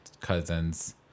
cousins